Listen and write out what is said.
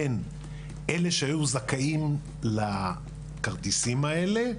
בין אלה שהיו זכאים לכרטיסים האלה,